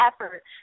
effort